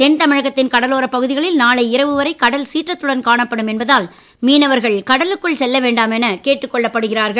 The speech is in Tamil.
தென் தமிழகத்தின் கடலோப் பகுதிகளில் நாளை இரவு வரை கடல் சீற்றத்துடன் காணப்படும் என்பதால் மீனவர்கள் கடலுக்குள் செல்ல வேண்டாம் எனக் கேட்டுக் கொள்ளப்படுகிறார்கள்